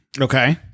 Okay